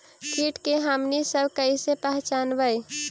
किट के हमनी सब कईसे पहचनबई?